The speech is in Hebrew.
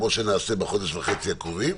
כמו שנעשה בחודש וחצי הקרובים.